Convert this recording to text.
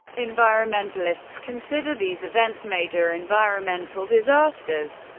environmentalists consider these events major environmental disasters.